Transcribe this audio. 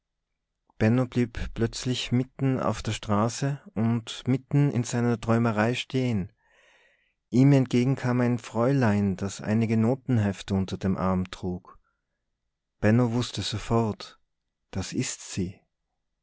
blieb plötzlich mitten auf der straße und mitten in seiner träumerei stehen ihm entgegen kam ein fräulein das einige notenhefte unter dem arm trug benno wußte sofort das ist sie